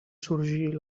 sorgir